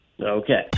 Okay